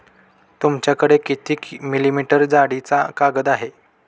तुमच्याकडे किती मिलीमीटर जाडीचा कागद आहे?